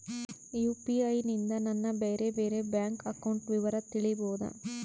UPI ನಿಂದ ನನ್ನ ಬೇರೆ ಬೇರೆ ಬ್ಯಾಂಕ್ ಅಕೌಂಟ್ ವಿವರ ತಿಳೇಬೋದ?